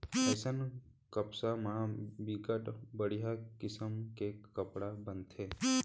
अइसन कपसा म बिकट बड़िहा किसम के कपड़ा बनथे